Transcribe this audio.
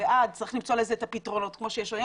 צריך למצוא לזה את הפתרונות כמו שיש היום.